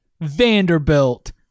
Vanderbilt